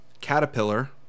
Caterpillar